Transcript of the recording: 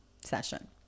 session